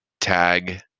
tag